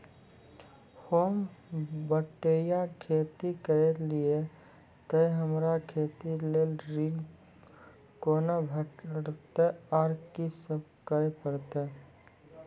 होम बटैया खेती करै छियै तऽ हमरा खेती लेल ऋण कुना भेंटते, आर कि सब करें परतै?